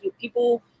people